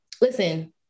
listen